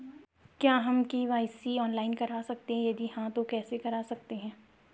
क्या हम KYC online करा सकते हैं यदि हाँ तो कैसे करा सकते हैं?